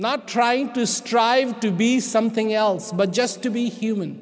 not trying to strive to be something else but just to be human